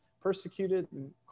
persecuted